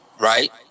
right